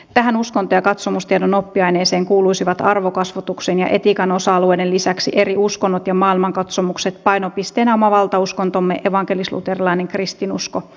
tähän uskonto ja katsomustiedon oppiaineeseen kuuluisivat arvokasvatuksen ja etiikan osa alueiden lisäksi eri uskonnot ja maailmankatsomukset painopisteenä oma valtauskontomme evankelisluterilainen kristinusko